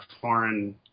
foreign